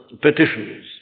petitions